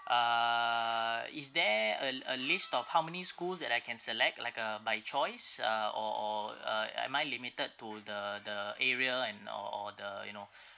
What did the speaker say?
ah is there a l~ a list of how many schools that I can select like a my choice uh or or uh am I limited to the the area and or or the you know